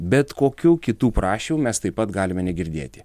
bet kokių kitų prašymų mes taip pat galime negirdėti